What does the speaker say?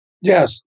Yes